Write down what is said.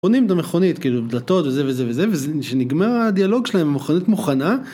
בונים את המכונית כאילו עם דלתות וזה וזה וזה, ושנגמר הדיאלוג שלהם המכונית מוכנה.